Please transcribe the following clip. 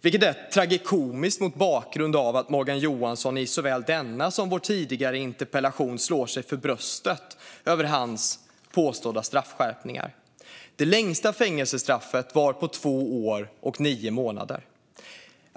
vilket är tragikomiskt mot bakgrund av att Morgan Johansson i såväl denna som vår tidigare interpellationsdebatt slår sig för bröstet över sina påstådda straffskärpningar. Det längsta fängelsestraffet var på två år och nio månader.